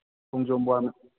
ꯈꯣꯡꯖꯣꯝ ꯋꯥꯔꯅ